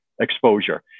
exposure